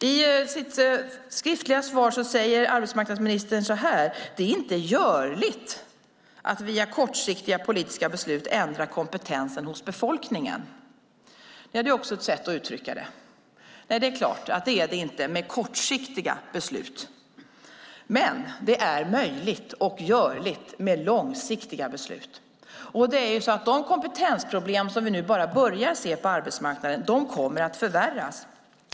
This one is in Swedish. I sitt skriftliga svar säger arbetsmarknadsministern så här: "Det är inte görligt att via kortsiktiga politiska beslut ändra kompetensen hos befolkningen." Det är också ett sätt att uttrycka det. Det är klart det inte är det med kortsiktiga beslut. Men det är möjligt och görligt med långsiktiga beslut. De kompetensproblem som vi nu bara börjar se på arbetsmarknaden kommer att förvärras.